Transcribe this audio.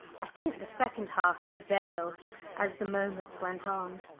i think the second half prevailed as the moments went on.